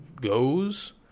Goes